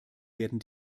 werden